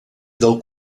del